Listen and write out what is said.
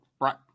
right